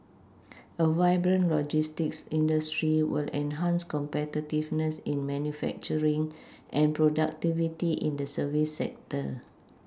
a vibrant logistics industry will enhance competitiveness in manufacturing and productivity in the service sector